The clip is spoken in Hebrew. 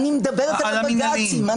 אני מדברת על הבג"צים.